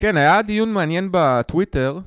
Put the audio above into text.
כן, היה דיון מעניין בטוויטר